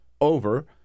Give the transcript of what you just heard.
over